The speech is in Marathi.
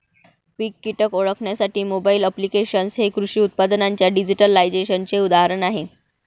पीक कीटक ओळखण्यासाठी मोबाईल ॲप्लिकेशन्स हे कृषी उत्पादनांच्या डिजिटलायझेशनचे उदाहरण आहे